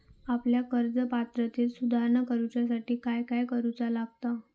आपल्या कर्ज पात्रतेत सुधारणा करुच्यासाठी काय काय करूचा लागता?